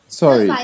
Sorry